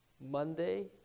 Monday